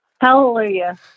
Hallelujah